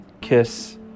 kiss